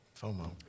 FOMO